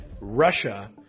Russia